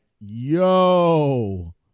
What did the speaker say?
yo